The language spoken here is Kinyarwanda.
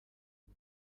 iyo